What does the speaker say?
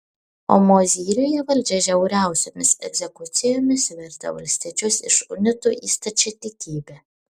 o mozyriuje valdžia žiauriausiomis egzekucijomis vertė valstiečius iš unitų į stačiatikybę